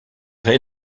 raies